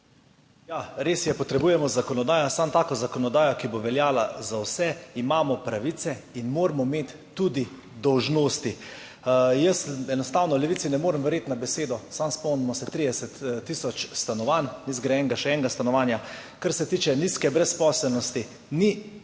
Ja, res je, potrebujemo zakonodajo. Samo tako zakonodajo, da bo veljala za vse. Imamo pravice in moramo imeti tudi dolžnosti. Jaz enostavno Levici ne morem verjeti na besedo. Samo spomnimo se, 30 tisoč stanovanj, zgrajenega ni še enega stanovanja. Kar se tiče nizke brezposelnosti. Nizka brezposelnost